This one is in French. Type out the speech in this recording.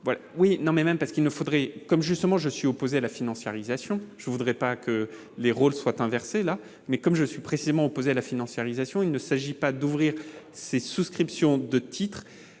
non mais même, parce qu'il ne faudrait comme justement je suis opposé à la financiarisation, je ne voudrais pas que les rôles soient inversés là, mais comme je suis précisément à la financiarisation, il ne s'agit pas d'ouvrir ces souscriptions de titres